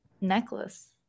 necklace